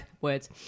words